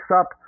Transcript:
up